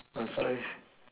must I